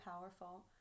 powerful